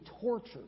tortured